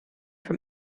from